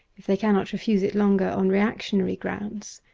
if they cannot refuse it longer on reactionary grounds.